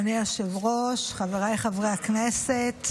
אדוני היושב-ראש, חבריי חברי הכנסת,